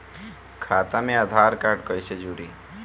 खाता मे आधार कार्ड कईसे जुड़ि?